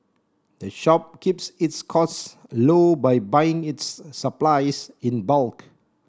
the shop keeps its costs low by buying its supplies in bulk